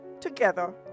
Together